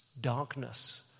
darkness